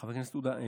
חבר הכנסת עודה,